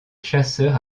chasseurs